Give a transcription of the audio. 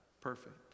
perfect